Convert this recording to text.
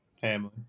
Family